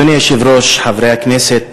אדוני היושב-ראש, חברי הכנסת,